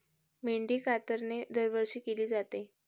मेंढी कातरणे दरवर्षी केली जाते